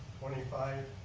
twenty five